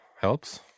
helps